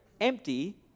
empty